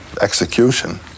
execution